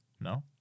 no